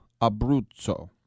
Abruzzo